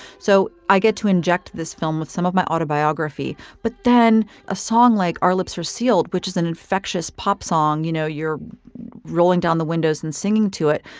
so i get to inject this film with some of my autobiography, but then a song like our lips are sealed, which is an infectious pop song. you know, you're rolling down the windows and singing to it.